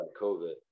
COVID